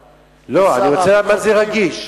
רגיש,